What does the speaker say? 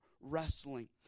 wrestling